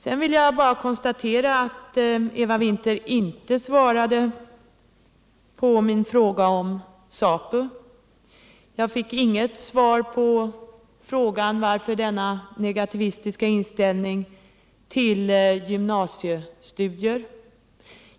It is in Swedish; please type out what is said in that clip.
Sedan vill jag bara konstatera att Eva Winther inte svarade på min fråga om ZAPU. Jag fick inget svar på frågan om varför man har denna negativistiska inställning till gymnasiestudier.